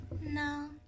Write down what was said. No